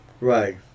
Right